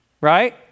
right